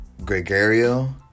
gregario